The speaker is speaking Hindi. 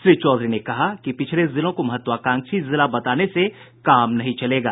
श्री चौधरी ने कहा कि पिछड़े जिलों को महत्वाकांक्षी जिला बताने से काम नहीं चलेगा